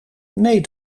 nee